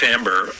Amber